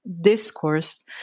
discourse